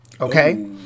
Okay